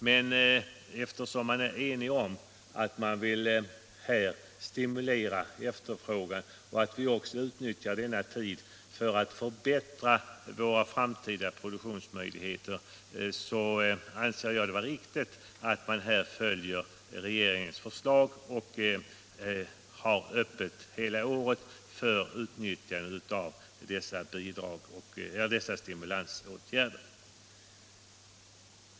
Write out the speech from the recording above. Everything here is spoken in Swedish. Men eftersom man är ense om att man här vill stimulera efterfrågan och att vi skall utnyttja denna tid för att förbättra våra framtida produktionsmöjligheter, anser jag det riktigt att här följa regeringens förslag och hålla öppet hela året för utnyttjande av dessa stimulansåtgärder.